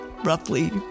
roughly